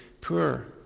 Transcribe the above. poor